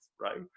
right